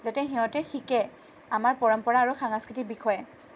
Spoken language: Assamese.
যাতে সিহঁতে শিকে আমাৰ পৰম্পৰা আৰু সংস্কৃতিৰ বিষয়ে